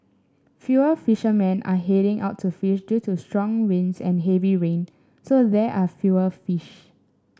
fewer fishermen are heading out to fish due to strong winds and heavy rain so there are fewer fish